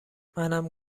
منم